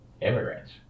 immigrants